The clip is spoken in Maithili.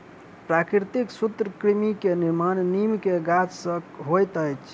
प्राकृतिक सूत्रकृमि के निर्माण नीम के गाछ से होइत अछि